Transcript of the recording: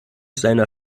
seiner